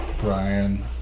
Brian